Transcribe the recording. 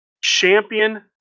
Champion